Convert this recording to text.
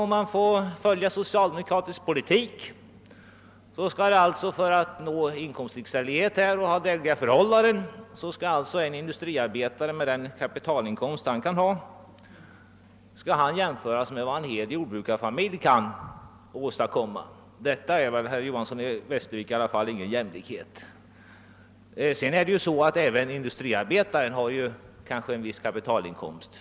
Om man följer socialdemokraternas politik här skall man alltså för att nå inkomstlikställighet och i övrigt drägliga förhållanden för jordbrukarna räkna med den inkomst som en hel jordbrukarfamilj kan ha när man jämför jordbrukarens inkomster med industriarbetarens. För övrigt kanske även industriarbetaren har en viss kapitalinkomst.